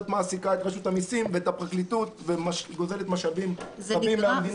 מעסיקה את רשות המסים ואת הפרקליטות וגוזלת משאבים רבים מהמדינה